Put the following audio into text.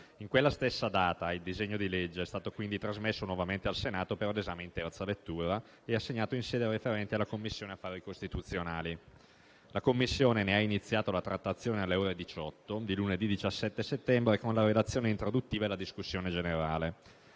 In quella stessa data il disegno di legge è stato quindi trasmesso nuovamente al Senato per l'esame in terza lettura e assegnato in sede referente alla Commissione affari costituzionali. La Commissione ne ha iniziato la trattazione alle ore 18 di lunedì 17 settembre, con la relazione introduttiva e la discussione generale.